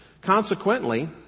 Consequently